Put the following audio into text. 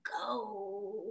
go